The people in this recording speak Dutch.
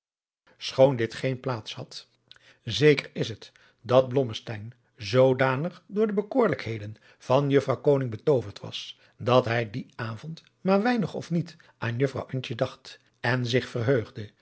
schoon dit geen plaats had zeker is het dat blommesteyn zoodanig door de bekoorlijkheadriaan loosjes pzn het leven van johannes wouter blommesteyn den van juffrouw koning betooverd was dat hij dien avond maar weinig of niet aan juffrouw antje dacht en zich verheugde